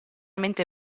mente